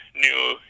new